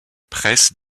press